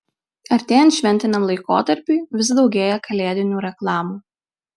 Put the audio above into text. artėjant šventiniam laikotarpiui vis daugėja kalėdinių reklamų